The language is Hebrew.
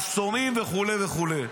מחסומים וכו' וכו'.